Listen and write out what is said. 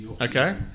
okay